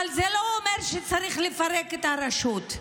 אבל זה לא אומר שצריך לפרק את הרשות.